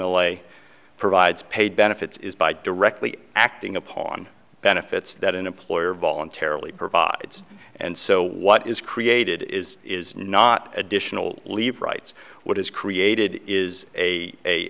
a provides paid benefits is by directly acting upon the benefits that an employer voluntarily provide and so what is created is is not additional leave rights what is created is a